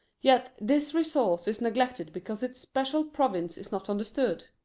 yet this resource is neglected because its special province is not understood.